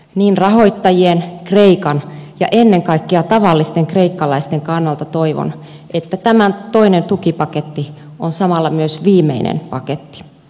niin rahoittajien kreikan ja ennen kaikkea tavallisten kreikkalaisten kannalta toivon että tämä toinen tukipaketti on samalla myös viimeinen paketti